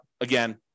again